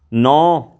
ਨੌਂ